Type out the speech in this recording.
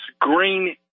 green